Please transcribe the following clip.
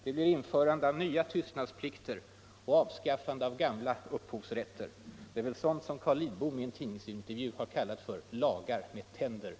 Det blir införande av nya tystnadsplikter och avskaffande av gamla upphovsrätter. Det är väl sådant som Carl Lidbom i en tidningsintervju har kallat för ”lagar med tänder i”.